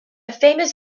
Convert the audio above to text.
famous